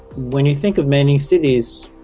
when you think of many cities,